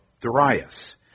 Darius